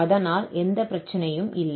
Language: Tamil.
அதனால் எந்த பிரச்சனையும் இல்லை